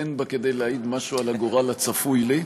אין בה כדי להעיד משהו על הגורל הצפוי לי,